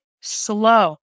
slow